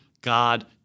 God